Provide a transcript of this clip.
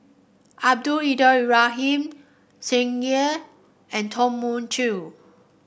Abdul Ibrahim Tsung Yeh and Tom Mun Chee